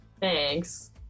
Thanks